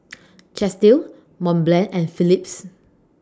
Chesdale Mont Blanc and Phillips